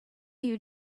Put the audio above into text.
you